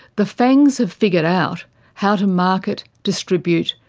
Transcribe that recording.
the fangs have figured out how to market, distribute,